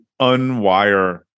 unwire